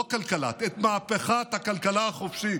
לא כלכלת, את מהפכת הכלכלה החופשית,